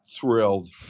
thrilled